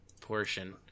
portion